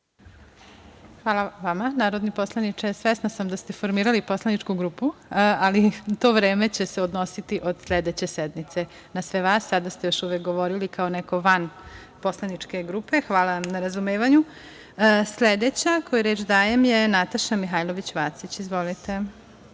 Hvala vama, narodni poslaniče. Svesna sam da ste formirali poslaničku grupu, ali to vreme će se odnositi od sledeće sednice. Sada ste još uvek govorili kao neko van poslaničke grupe. Hvala vam na razumevanju. Reč ima narodni poslanik Nataša Mihailović Vacić. Izvolite.